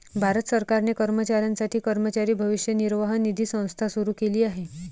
भारत सरकारने कर्मचाऱ्यांसाठी कर्मचारी भविष्य निर्वाह निधी संस्था सुरू केली आहे